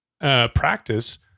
practice